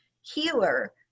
healer